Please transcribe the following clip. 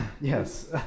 yes